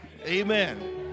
amen